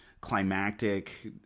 climactic